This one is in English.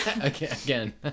Again